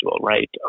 right